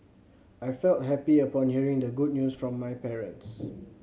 I felt happy upon hearing the good news from my parents